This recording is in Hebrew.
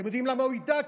אתם יודעים למה הוא ידע?